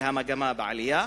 והמגמה בעלייה.